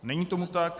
Není tomu tak.